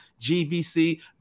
GVC